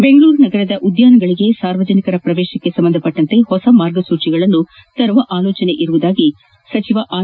ಬೆಂಗಳೂರು ನಗರದ ಉದ್ಯಾನಗಳಿಗೆ ಸಾರ್ವಜನಿಕರ ಪ್ರವೇಶಕ್ಕೆ ಸಂಬಂಧಿಸಿದಂತೆ ಹೊಸ ಮಾರ್ಗಸೂಚಿಗಳನ್ನು ತರುವ ಆಲೋಚನೆ ಇದೆ ಎಂದು ಆರ್